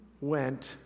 went